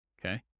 okay